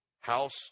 House